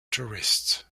tourists